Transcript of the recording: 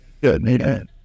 Good